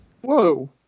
Whoa